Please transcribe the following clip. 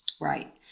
Right